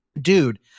Dude